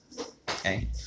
Okay